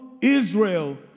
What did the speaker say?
Israel